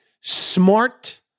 smart